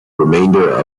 remainder